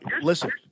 listen